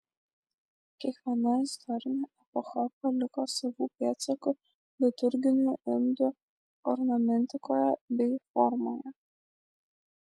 kiekviena istorinė epocha paliko savų pėdsakų liturginių indų ornamentikoje bei formoje